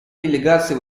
делегации